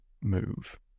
move